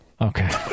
Okay